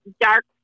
dark